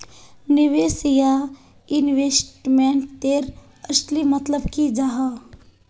निवेश या इन्वेस्टमेंट तेर असली मतलब की जाहा?